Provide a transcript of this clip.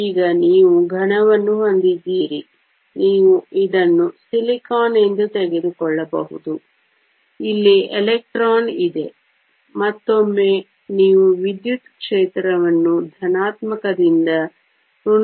ಈಗ ನೀವು ಘನವನ್ನು ಹೊಂದಿದ್ದೀರಿ ನೀವು ಇದನ್ನು ಸಿಲಿಕಾನ್ ಎಂದು ತೆಗೆದುಕೊಳ್ಳಬಹುದು ಇಲ್ಲಿ ಎಲೆಕ್ಟ್ರಾನ್ ಇದೆ ಮತ್ತೊಮ್ಮೆ ನೀವು ವಿದ್ಯುತ್ ಕ್ಷೇತ್ರವನ್ನು ಧನಾತ್ಮಕದಿಂದ ಋಣಾತ್ಮಕಕ್ಕೆ ಅನ್ವಯಿಸುತ್ತೀರಿ